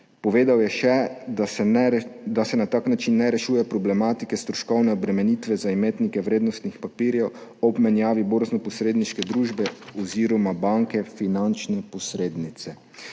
Povedal je še, da se na tak način ne rešuje problematike stroškovne obremenitve za imetnike vrednostnih papirjev ob menjavi borznoposredniške družbe oziroma banke, finančne posrednice.